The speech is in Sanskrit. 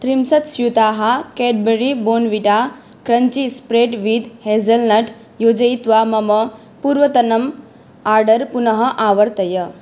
त्रिंशत् स्यूताः Cadbury Bournvita crunchy spread with hazelnut योजयित्वा मम पूर्वतनम् आर्डर् पुनः आवर्तय